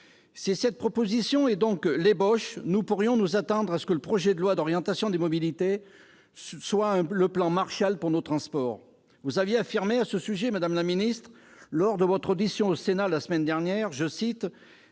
Si cette proposition est donc l'ébauche, nous pourrions nous attendre à ce que le projet de loi d'orientation des mobilités soit le plan Marshall pour nos transports. Vous affirmiez à ce sujet, madame la ministre, lors de votre audition au Sénat la semaine dernière, que le